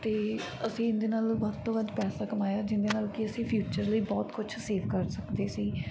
ਅਤੇ ਅਸੀਂ ਇਹਦੇ ਨਾਲ ਵੱਧ ਤੋਂ ਵੱਧ ਪੈਸਾ ਕਮਾਇਆ ਜਿਹਦੇ ਨਾਲ ਕਿ ਅਸੀਂ ਫਿਊਚਰ ਲਈ ਬਹੁਤ ਕੁਛ ਸੇਵ ਕਰ ਸਕਦੇ ਸੀ